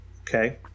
Okay